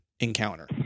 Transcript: encounter